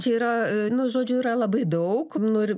čia yra nu žodžiu yra labai daug nu ir